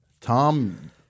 Tom